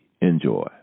Enjoy